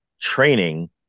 training